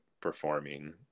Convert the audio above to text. performing